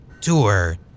tour